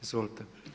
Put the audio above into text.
Izvolite.